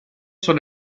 sur